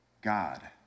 God